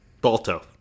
Balto